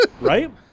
right